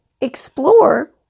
explore